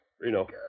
Reno